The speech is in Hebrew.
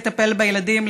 לטפל בילדים,